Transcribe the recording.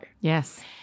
Yes